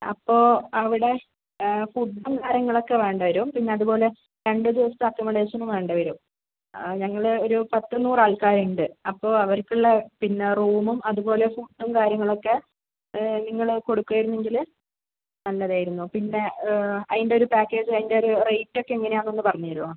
അപ്പോൾ അവിടെ ഫുഡും കാര്യങ്ങളൊക്കെ വേണ്ടി വരും പിന്നെ അതുപോലെ രണ്ട് ദിവസത്തെ ആക്കൊമഡേഷനും വേണ്ടി വരും ആ ഞങ്ങളൊരു പത്ത് നൂറ് ആൾക്കാരുണ്ട് അപ്പോൾ അവർക്കുള്ള പിന്നെ റൂമും അതുപോലെ ഫുഡും കാര്യങ്ങളൊക്കെ നിങ്ങൾ കൊടുക്കേരുന്നെങ്കിൽ നല്ലതായിരുന്നു പിന്നെ അതിൻ്റെയൊരു പാക്കേജും അതിൻ്റെയൊരു റേറ്റൊക്കെ എങ്ങനെയാന്ന് ഒന്ന് പറഞ്ഞ് തരോ